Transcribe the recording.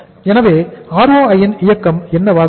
எனவே ROI ன் இயக்கம் என்னவாக இருக்கும்